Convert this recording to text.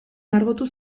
margotu